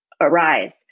arise